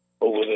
over